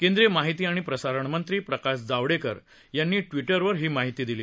केंद्रीय माहिती आणि प्रसारणमंत्री प्रकाश जावडेकर यांनी ट्वीटरवर ही माहिती दिली